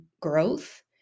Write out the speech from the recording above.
growth